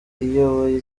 iyoboye